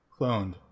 cloned